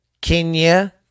Kenya